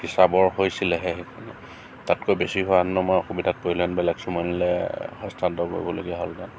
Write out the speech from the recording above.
হিচাবৰ হৈছিলেহে সেইখিনি তাতকৈ বেছি হোৱাহেতেনে মই অসুবিধাত পৰিলোঁহেতেন বেলেগ চোমনিলে হস্তান্তৰ কৰিবলগীয়া হ'লহেতেন